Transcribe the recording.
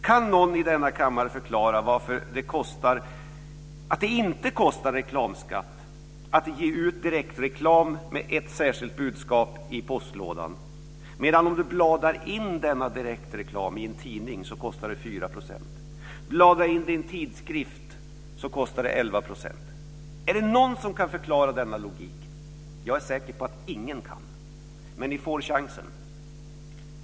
Kan någon i denna kammare förklara varför det inte är någon reklamskatt när man delar ut direktreklam med ett särskilt budskap i postlådan medan reklamskatten är 4 % om denna direktreklam bladas in i en tidning? Om den bladas in i en tidskrift är reklamskatten 11 %. Kan någon förklara denna logik? Jag är säker på att ingen kan, men ni får chansen.